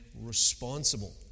responsible